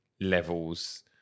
levels